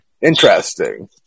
Interesting